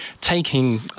taking